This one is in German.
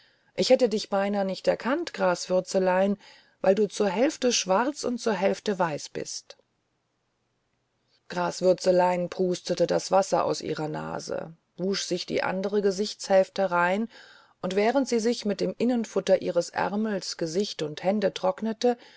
ich hätte dich beinah nicht erkannt graswürzelein weil du zur hälfte schwarz und zur hälfte weiß bist graswürzelein prustete das wasser aus ihrer nase wusch sich die andere gesichtshälfte rein und während sie sich mit dem innenfutter ihres ärmels gesicht und hände trocknete